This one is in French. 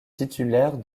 titulaire